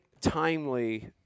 timely